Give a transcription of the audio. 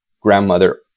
grandmother